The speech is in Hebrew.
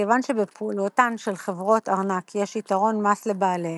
כיוון שבפעולתן של חברות ארנק יש יתרון מס לבעליהן,